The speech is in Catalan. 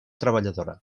treballadora